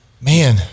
Man